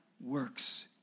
works